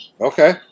okay